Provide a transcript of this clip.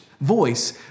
voice